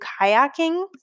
kayaking